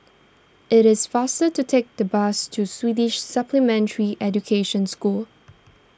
it is faster to take the bus to Swedish Supplementary Education School